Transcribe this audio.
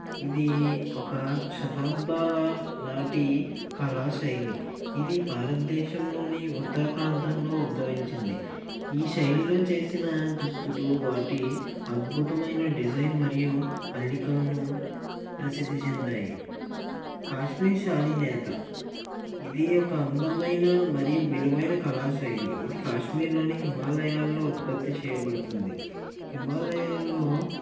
ఇది ఒక శతాబ్దాల నాటి కళాశైలి ఇది భారతదేశంలోని ఉత్తరప్రాంతంలో ఉద్భవించింది ఈ శైలిలో చేసిన దుస్తులు వాటి అద్భుతమైన డిజైన్ మరియు అల్లికలను ప్రసిద్ధి చెందాయి కాశ్మీర్ సాలినేతి ఇది ఒక అందమైన మరియు విలువైన కళాశైలి ఇది కాశ్మీర్లోని హిమాలయాల్లో ఉత్పత్తి చేయబడుతుంది హిమాలయాల్లో